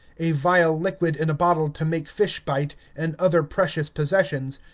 a vile liquid in a bottle to make fish bite, and other precious possessions,